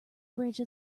bridge